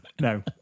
No